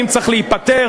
אם צריך להיפטר,